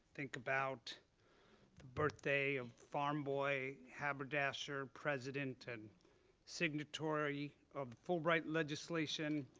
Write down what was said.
think about the birthday of farm boy, haberdasher, president and signatory of fulbright legislation,